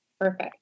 Perfect